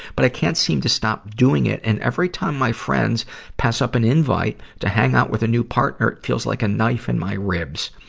but i can't seem to stop doing it, and ever time my friends pass up an invite to hang out with a new partner, it feels like a knife in my ribs.